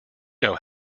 know